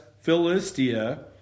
Philistia